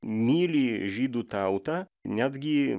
myli žydų tautą netgi